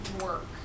work